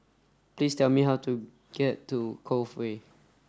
please tell me how to get to Cove Way